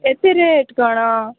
ଏତେ ରେଟ୍ କ'ଣ